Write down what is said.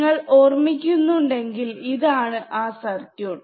നിങ്ങൾ ഓർമ്മിക്കുന്നു ഉണ്ടെങ്കിൽ ഇതാണ് ആ സർക്യൂട്ട്